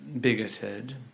bigoted